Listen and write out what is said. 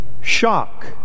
shock